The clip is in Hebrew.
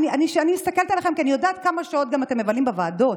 אני מסתכלת עליכם כי אני יודעת כמה שעות אתם מבלים בוועדות.